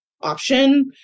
option